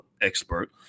expert